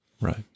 Right